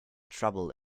trouble